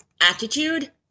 attitude